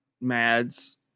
Mads